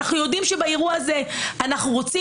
אנחנו יודעים שבאירוע הזה אנחנו רוצים